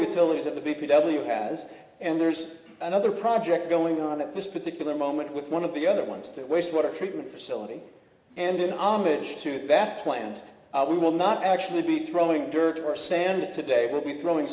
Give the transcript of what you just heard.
utilities of the people w has and there's another project going on at this particular moment with one of the other ones that wastewater treatment facility and in homage to that plant we will not actually be throwing dirt or sand today it will be throwing